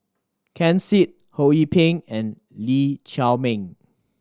Ken Seet Ho Yee Ping and Lee Chiaw Meng